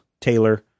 Taylor